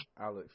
Alex